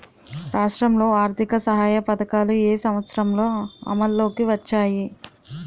రాష్ట్రంలో ఆర్థిక సహాయ పథకాలు ఏ సంవత్సరంలో అమల్లోకి వచ్చాయి?